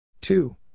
Two